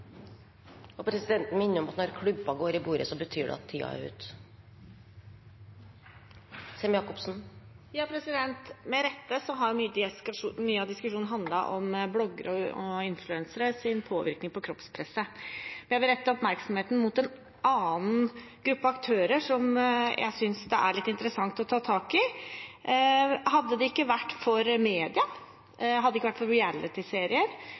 Med rette har mye av diskusjonen handlet om bloggerne og influencernes påvirkning på kroppspresset. Jeg vil rette oppmerksomheten mot en annen gruppe aktører som jeg synes det er litt interessant å ta tak i. Hadde det ikke vært for media, hadde det ikke vært for